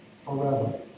forever